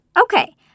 Okay